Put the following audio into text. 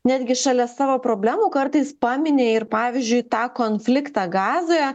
netgi šalia savo problemų kartais pamini ir pavyzdžiui tą konfliktą gazoje